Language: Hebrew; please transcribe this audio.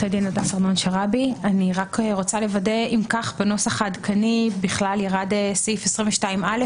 אני רק רוצה לוודא אם בנוסח העדכני ירד סעיף 22א,